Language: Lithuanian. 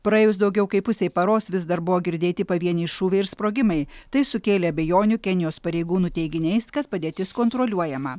praėjus daugiau kaip pusei paros vis dar buvo girdėti pavieniai šūviai ir sprogimai tai sukėlė abejonių kenijos pareigūnų teiginiais kad padėtis kontroliuojama